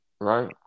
right